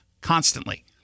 constantly